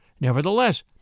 Nevertheless